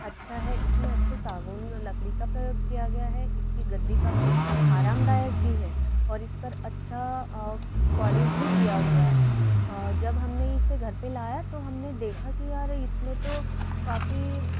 अच्छा है इसमें अच्छे सागवान लकड़ी का प्रयोग किया गया है इसकी गद्दी काफ़ी आरामदायक भी है और इस पर अच्छा पॉलिश भी किया हुआ है जब हम ने इसे घर पर लाया तो हम ने देखा कि यार इसमें तो काफ़ी